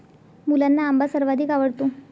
मुलांना आंबा सर्वाधिक आवडतो